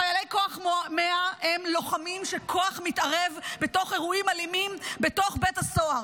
חיילי כוח 100 הם לוחמים של כוח מתערב באירועים אלימים בתוך בית הסוהר,